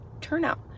turnout